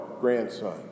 grandson